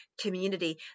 community